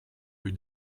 rue